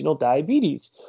Diabetes